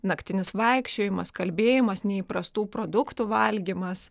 naktinis vaikščiojimas kalbėjimas neįprastų produktų valgymas